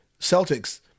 Celtics